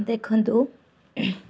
ଦେଖନ୍ତୁ